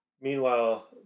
Meanwhile